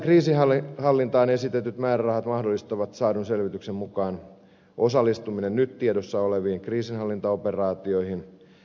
sotilaalliseen kriisinhallintaan esitetyt määrärahat mahdollistavat saadun selvityksen mukaan osallistumisen nyt tiedossa oleviin kriisinhallintaoperaatioihin